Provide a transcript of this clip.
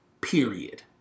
period